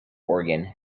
organ